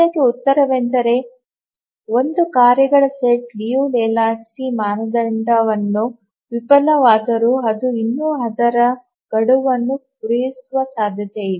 ಇದಕ್ಕೆ ಉತ್ತರವೆಂದರೆ ಒಂದು ಕಾರ್ಯಗಳ ಸೆಟ್ ಲಿಯು ಲೆಹೋಜ್ಕಿ ಮಾನದಂಡವನ್ನು ವಿಫಲವಾದಾಗಲೂ ಅದು ಇನ್ನೂ ಅದರ ಗಡುವನ್ನು ಪೂರೈಸುವ ಸಾಧ್ಯತೆಯಿದೆ